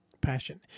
Passion